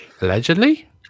Allegedly